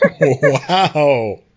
Wow